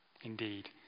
Indeed